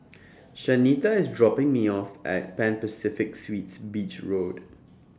Shanita IS dropping Me off At Pan Pacific Suites Beach Road